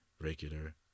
regular